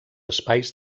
espais